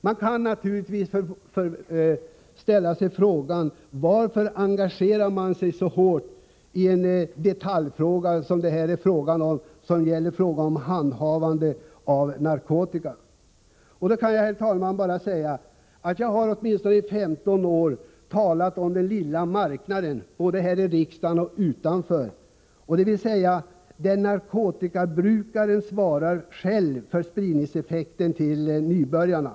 Man kan naturligtvis ställa sig frågan: Varför engagerar man sig så hårt i en detaljfråga — handhavande av narkotika? Då kan jag, herr talman, säga att jag åtminstone i 15 år talat här i riksdagen och utanför den om ”den lilla marknaden”, dvs. den marknad där narkotikabrukaren svarar för spridning bland nybörjarna.